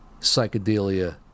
psychedelia